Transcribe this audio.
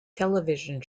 television